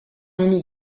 hini